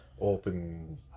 open